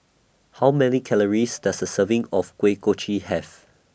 How Many Calories Does A Serving of Kuih Kochi Have